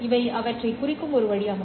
இவை அவற்றைக் குறிக்கும் ஒரு வழியாகும்